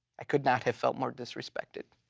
i could not have felt more disrespected.